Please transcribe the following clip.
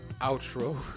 outro